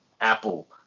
apple